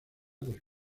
del